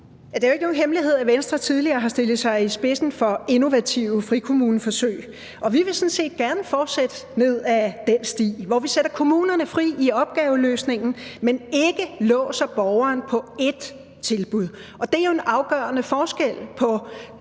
Det er jo ikke nogen hemmelighed, at Venstre tidligere har stillet sig i spidsen for innovative frikommuneforsøg, og vi vil sådan set gerne fortsætte ned ad den sti, hvor vi sætter kommunerne fri i opgaveløsningen, man ikke låser borgeren til ét tilbud. Det er jo en afgørende forskel på